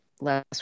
last